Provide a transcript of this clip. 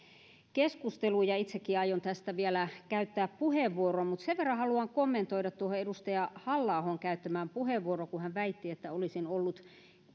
keskusteluun itsekin aion tästä vielä käyttää puheenvuoron mutta sen verran haluan kommentoida tuohon edustaja halla ahon käyttämään puheenvuoroon kun hän väitti että olisin ollut